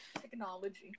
technology